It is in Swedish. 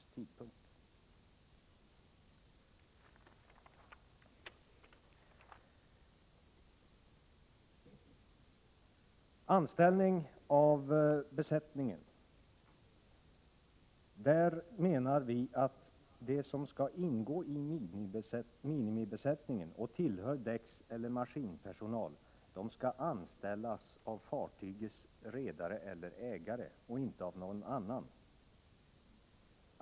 Vad gäller anställning av besättningen menar vi att de som skall ingå i minimibesättningen och tillhör däckseller maskinpersonalen skall anställas av fartygets redare eller ägare, inte av någon annan.